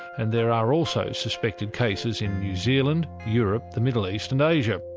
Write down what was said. and there are also suspected cases in new zealand, europe, the middle east and asia.